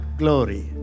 glory